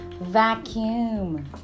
vacuum